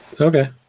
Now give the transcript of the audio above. Okay